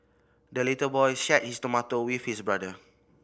the little boy shared his tomato with his brother